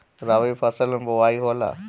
रबी फसल मे बोआई होला?